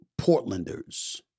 Portlanders